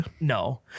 No